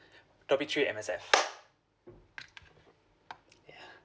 topic three M_S_F ya